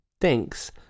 Thanks